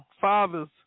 fathers